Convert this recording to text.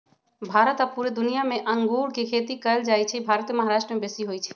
भारत आऽ पुरे दुनियाँ मे अङगुर के खेती कएल जाइ छइ भारत मे महाराष्ट्र में बेशी होई छै